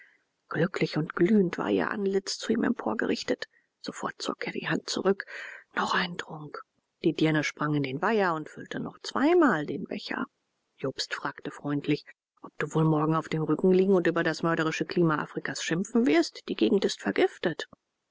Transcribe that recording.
glücklich und glühend war ihr antlitz zu ihm emporgerichtet sofort zog er die hand zurück noch einen trunk die dirne sprang in den weiher und füllte noch zweimal den becher jobst fragte freundlich ob du wohl morgen auf dem rücken liegen und über das mörderische klima afrikas schimpfen wirst die gegend ist vergiftet